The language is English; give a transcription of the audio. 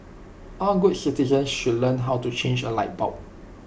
all good citizen should learn how to change A light bulb